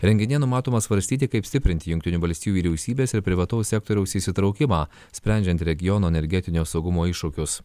renginyje numatoma svarstyti kaip stiprinti jungtinių valstijų vyriausybės ir privataus sektoriaus įsitraukimą sprendžiant regiono energetinio saugumo iššūkius